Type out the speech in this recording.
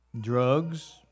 drugs